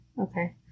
okay